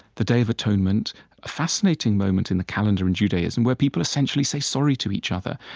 the day of atonement, a fascinating moment in the calendar in judaism where people essentially say sorry to each other.